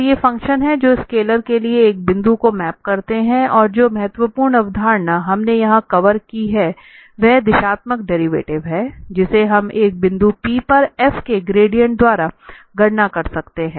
तो ये फंक्शन है जो स्केलर के लिए एक बिंदु को मैप करते हैं और जो महत्वपूर्ण अवधारणा हमने यहां कवर की है वह दिशात्मक डेरिवेटिव है जिसे हम एक बिंदु P पर f के ग्रेडिएंट द्वारा गणना कर सकते हैं